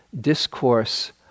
discourse